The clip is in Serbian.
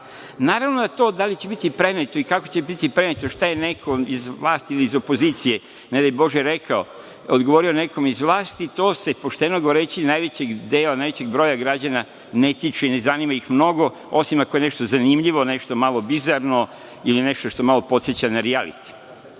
varka. Naravno da to da li će biti preneto i kako će biti preneto i šta je neko iz vlasti ili opozicije, ne daj Bože rekao, odgovorio nekome iz vlasti, to se pošteno govoreći, najvećeg dela, najvećeg broja građana ne tiče i ne zanima ih mnogo, osim ako je nešto zanimljivo, nešto malo bizarno, ili nešto što malo podseća na rijaliti.